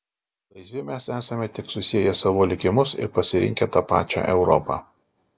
laisvi mes esame tik susieję savo likimus ir pasirinkę tą pačią europą